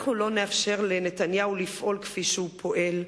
אנחנו לא נאפשר לנתניהו לפעול כפי שהוא פועל.